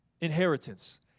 inheritance